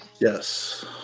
Yes